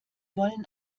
wollen